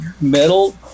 metal